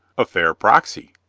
a fair proxy.